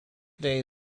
day